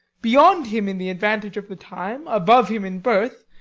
beyond him in the advantage of the time, above him in birth,